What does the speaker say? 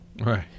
Right